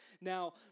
Now